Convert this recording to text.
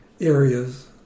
areas